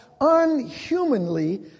unhumanly